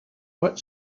what